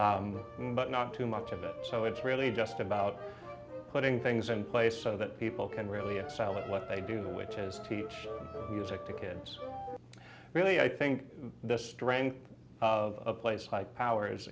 but not too much of it so it's really just about putting things in place so that people can really excel at what they do which is to teach music to kids really i think the strength of place like power